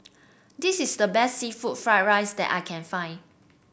this is the best seafood Fried Rice that I can find